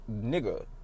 nigga